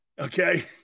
Okay